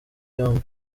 yombi